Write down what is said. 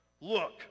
Look